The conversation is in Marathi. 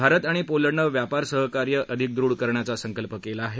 भारत आणि पोलंडनं व्यापार सहकार्य अधिक दृढ करण्याचा संकल्प केला आहे